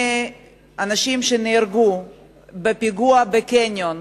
שנהרגו בפיגוע בקניון,